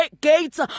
gates